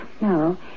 No